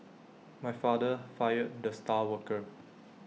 my father fired the star worker